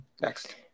Next